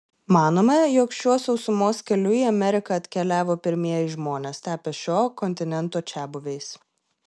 manoma jog šiuo sausumos keliu į ameriką atkeliavo pirmieji žmonės tapę šio kontinento čiabuviais